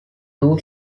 two